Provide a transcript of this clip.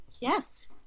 Yes